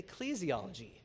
ecclesiology